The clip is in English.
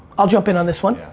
i'll jump in on this one. yeah